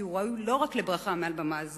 כי הוא ראוי לא רק לברכה מעל במה זו,